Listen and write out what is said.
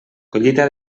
collita